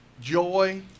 joy